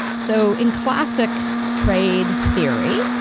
so in classic trade theory,